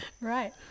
Right